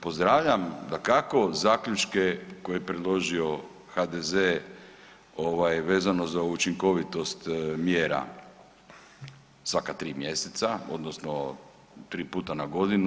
Pozdravljam dakako zaključke koje je predložio HDZ vezano za učinkovitost mjera svaka tri mjeseca, odnosno tri puta na godinu.